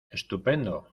estupendo